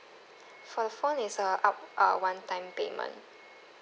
for the phone is uh up uh one-time payment